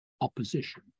opposition